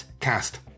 Cast